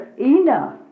enough